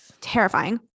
terrifying